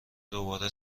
دوباره